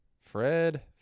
Fred